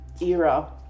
era